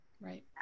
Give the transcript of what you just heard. right